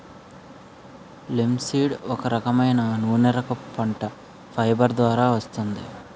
linseed ఒక రకమైన నూనెరకపు పంట, ఫైబర్ ద్వారా వస్తుంది